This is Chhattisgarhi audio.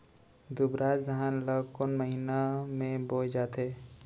दुबराज धान ला कोन महीना में बोये जाथे?